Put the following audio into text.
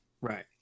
Right